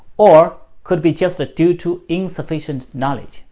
or could be just ah due to insufficient knowledge,